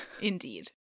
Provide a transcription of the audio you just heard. Indeed